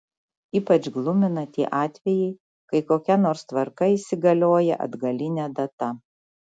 ypač glumina tie atvejai kai kokia nors tvarka įsigalioja atgaline data